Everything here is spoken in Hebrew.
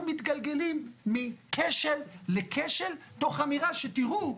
מתגלגלים מכשל לכשל תוך אמירה: תראו,